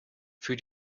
für